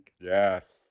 Yes